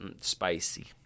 spicy